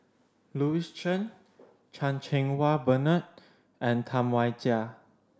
Louis Chen Chan Cheng Wah Bernard and Tam Wai Jia